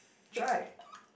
try